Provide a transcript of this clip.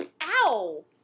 Ow